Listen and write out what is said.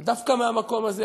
ודווקא מהמקום הזה,